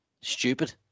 stupid